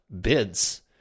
bids